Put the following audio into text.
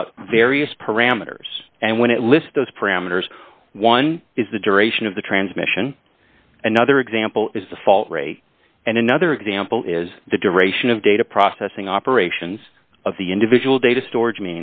about various parameters and when it lists those parameters one is the duration of the transmission another example is the fault rate and another example is the duration of data processing operations of the individual data storage